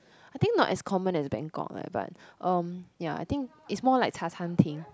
I think not as common as Bangkok leh but um ya I think it's more like 茶餐厅